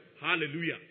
Hallelujah